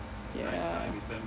ya